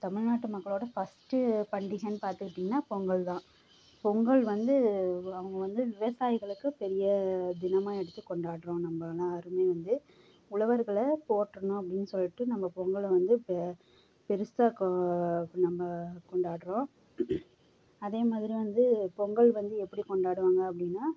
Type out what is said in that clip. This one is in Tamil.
தமிழ்நாட்டு மக்களோடய ஃபஸ்ட்டு பண்டிகைன்னு பார்த்துக்கிட்டிங்கன்னா பொங்கல் தான் பொங்கல் வந்து அவங்க வந்து விவசாயிகளுக்கு பெரிய தினமாக எடுத்து கொண்டாடுறோம் நம்ப எல்லோருமே வந்து உழவர்களை போற்றணும் அப்படின்னு சொல்லிவிட்டு நம்ம பொங்கலை வந்து பெ பெரிசா கொ நம்ம கொண்டாடுறோம் அதே மாதிரி வந்து பொங்கல் வந்து எப்படி கொண்டாடுவாங்க அப்படின்னா